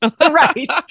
Right